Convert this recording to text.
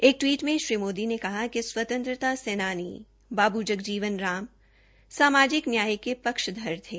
एक टवीट में श्री मोदी ने कहा कि स्वतंत्रता सेनानी बाबू जगजीवन राम सामाजिक न्याय के पक्षधर थे